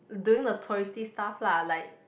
doing the touristy stuff lah like